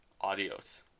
adios